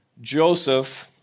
Joseph